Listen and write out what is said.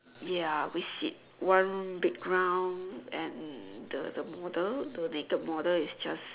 ya we sit one big round and the the model the naked model is just